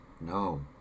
No